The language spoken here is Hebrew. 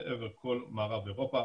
לעבר כל מערב אירופה,